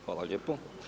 Hvala lijepo.